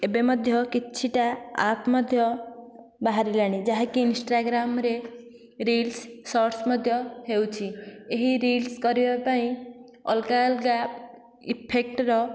ଏବେ ମଧ୍ୟ କିଛିଟା ଆପ ମଧ୍ୟ ବାହାରିଲାଣି ଯାହାକି ଇନଷ୍ଟାଗ୍ରାମରେ ରିଲ୍ସ୍ ସର୍ଟ୍ସ୍ ମଧ୍ୟ ହେଉଛି ଏହି ରିଲ୍ସ୍ କରିବା ପାଇଁ ଅଲଗା ଅଲଗା ଇଫେକ୍ଟ୍ର